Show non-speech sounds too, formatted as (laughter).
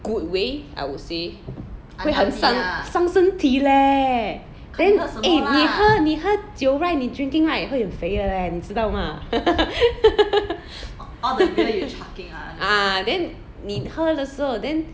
good way I would say 会很伤伤身体 leh then eh 你喝你喝酒 right 你 drinking right 会很肥的 leh 你知道吗 (laughs) ah then 你喝的时候 then